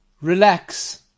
relax